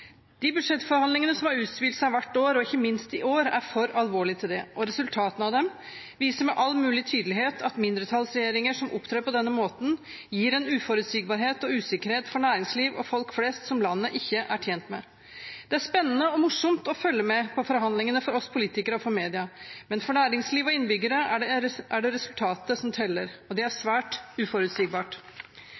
De budsjettforhandlingene som har utspilt seg hvert år, og ikke minst i år, er for alvorlige til det, og resultatene av dem viser med all mulig tydelighet at mindretallsregjeringer som opptrer på denne måten, gir en uforutsigbarhet og usikkerhet for næringsliv og folk flest som landet ikke er tjent med. Det er spennende og morsomt å følge med på forhandlingene for oss politikere og for media, men for næringsliv og innbyggere er det resultatet som teller. Og det er svært uforutsigbart.